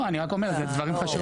אני רק אומר, אלה דברים חשובים.